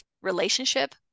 relationship